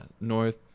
North